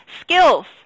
Skills